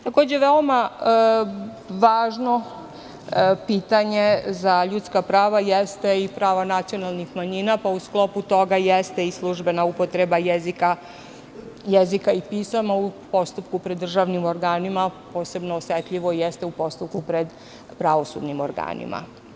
Takođe, veoma važno pitanje za ljudska prava jeste i pravo nacionalnih manjina, pa u sklopu toga jeste i službena upotreba jezika i pisma u postupku pred državnim organima, posebno osetljivo jeste u postupku pred pravosudnim organima.